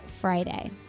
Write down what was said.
Friday